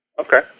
Okay